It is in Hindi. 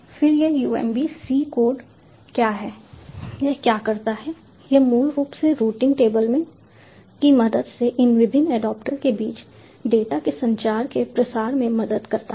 फिर यह UMB C कोड क्या है यह क्या करता है यह मूल रूप से रूटिंग टेबल की मदद से इन विभिन्न एडेप्टर के बीच डेटा के संचार के प्रसार में मदद करता है